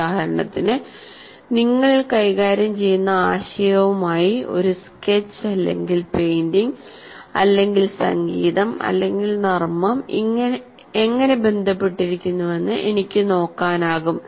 ഉദാഹരണത്തിന് നിങ്ങൾ കൈകാര്യം ചെയ്യുന്ന ആശയവുമായി ഒരു സ്കെച്ച് പെയിന്റിംഗ് അല്ലെങ്കിൽ സംഗീതം അല്ലെങ്കിൽ നർമ്മം എങ്ങനെ ബന്ധപ്പെട്ടിരിക്കുന്നുവെന്ന് എനിക്ക് നോക്കാനാകും